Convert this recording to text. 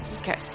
Okay